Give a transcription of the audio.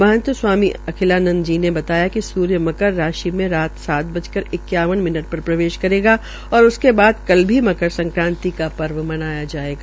मंहत स्वामी अखिलानंद जी ने बताया कि सूर्य मकर राशि में सात कर इक्यावन मिनट पर प्रवेश करेगा और उसके बाद कल भी मकर सक्रांति का पर्व मनाया जायेगा